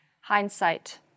Hindsight